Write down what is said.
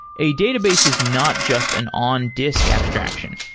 a database is not just an on-disk abstraction.